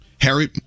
Harry